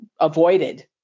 avoided